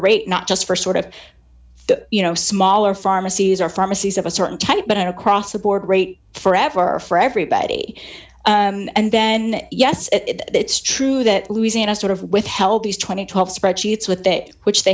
rate not just for sort of you know smaller pharmacies or pharmacies of a certain type but an across the board rate forever for everybody and then yes it's true that louisiana sort of withheld these two thousand and twelve spreadsheets with that which they